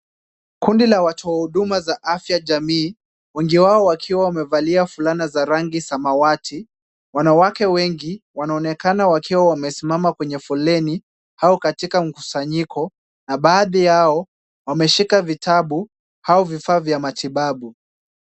Kundi la watu wa huduma za afya jamii wengi wao wakiwa wamevalia fulana za rangi samawati. Wanawake wengi wanaonekana wakiwa wamesimama kwenye foleni au katika mkusanyiko na baadhi yao wameshika vitabu au vifaa vya matibabu.